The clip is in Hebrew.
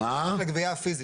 רק בגבייה הפיזית,